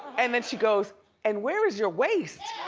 and then she goes and where is your waist?